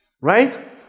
Right